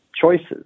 choices